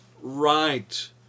right